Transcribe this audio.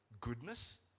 goodness